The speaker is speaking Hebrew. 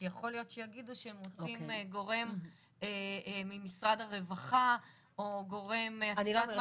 כי יכול להיות שיגידו שהם רוצים גורם ממשרד הרווחה או גורם -- נכון,